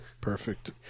Perfect